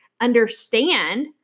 understand